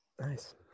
Nice